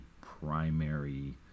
primary